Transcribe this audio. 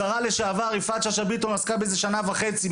השרה לשעבר יפעת שאשא ביטון עסקה בזה שנה וחצי,